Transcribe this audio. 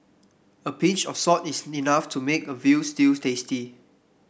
a pinch of salt is enough to make a veal stew tasty